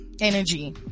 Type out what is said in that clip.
Energy